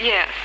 Yes